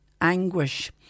anguish